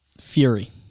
Fury